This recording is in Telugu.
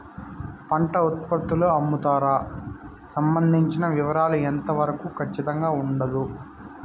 పంట ఉత్పత్తుల అమ్ముతారు సంబంధించిన వివరాలు ఎంత వరకు ఖచ్చితంగా ఉండదు?